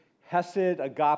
hesed-agape